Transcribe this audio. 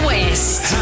West